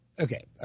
okay